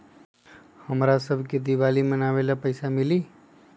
हमरा शव के दिवाली मनावेला पैसा मिली?